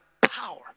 power